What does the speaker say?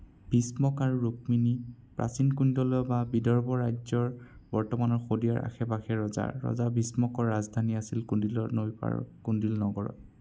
ভীষ্মক আৰু ৰুক্মিণি প্ৰাচীন কুন্তল বা বিদ্বৰ্ভৰ ৰাজ্যৰ বৰ্তমানৰ শদিয়াৰ আশে পাশে ৰজা ৰজা ভীষ্মকৰ ৰাজধানী আছিল কুণ্ডিল্য নৈৰ পাৰৰ কুণ্ডিল নগৰত